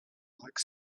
like